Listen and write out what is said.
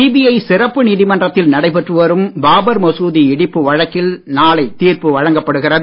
CBI சிறப்பு நீதிமன்றத்தில் நடைபெற்று வரும் பாபர் மசூதி இடிப்பு வழக்கில் நாளை தீர்ப்பு வழங்கப்படுகிறது